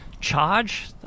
charge